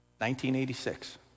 1986